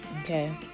Okay